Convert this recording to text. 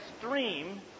extreme